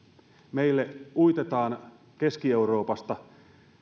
meille uitetaan keski euroopasta